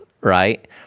right